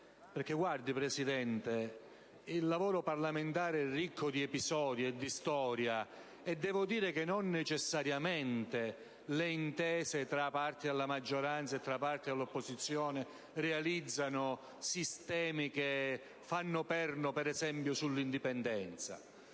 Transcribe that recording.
su questo emendamento. Il lavoro parlamentare è ricco di episodi, e di storia, e devo dire che non necessariamente le intese tra parti della maggioranza e parti dell'opposizione realizzano sistemi che fanno perno, ad esempio, sull'indipendenza.